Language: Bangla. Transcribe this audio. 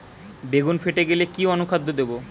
বেগুন ফেটে গেলে কি অনুখাদ্য দেবো?